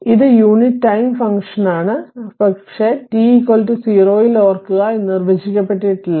അതിനാൽ ഇത് unit time ഫംഗ്ഷനാണ് പക്ഷേ t 0 ൽ ഓർക്കുക ഇത് നിർവചിക്കപ്പെട്ടിട്ടില്ല